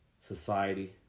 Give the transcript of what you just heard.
society